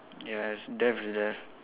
ya it's death is death